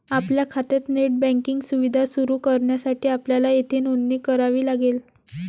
आपल्या खात्यात net banking सुविधा सुरू करण्यासाठी आपल्याला येथे नोंदणी करावी लागेल